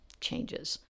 changes